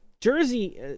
Jersey